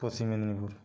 Paschim Medinipur